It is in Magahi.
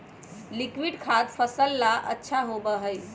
लिक्विड खाद फसल ला अच्छा होबा हई